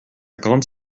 grande